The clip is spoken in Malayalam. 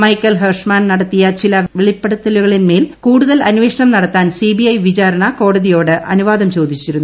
മൈക്കൽ ് ഹെർഷ്മാൻ നടത്തിയ ചില വെളിപ്പെടുത്തലുകളിന്മേൽ കൂടുതൽ അന്വേഷണം നടത്താൻ സിബിഐ വിചാരണ കോടതിയോട് അനുവാദം ചോദിച്ചിരുന്നു